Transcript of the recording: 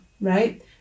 right